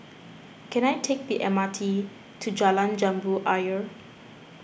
can I take the M R T to Jalan Jambu Ayer